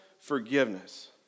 forgiveness